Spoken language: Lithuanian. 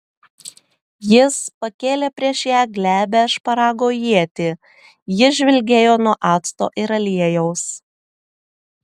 jis pakėlė prieš ją glebią šparago ietį ji žvilgėjo nuo acto ir aliejaus